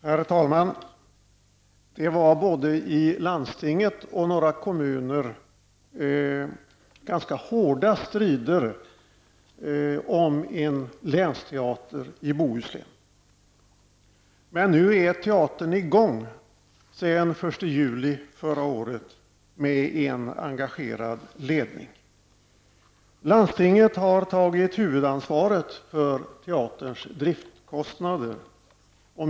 Herr talman! Det var både i landstinget och i några kommuner ganska hårda strider om en länsteater i Bohuslän. Men nu är teatern sedan den 1 juli förra året i gång med en engagerad ledning. Landstinget har tagit huvudansvaret för teaterns driftskostnader.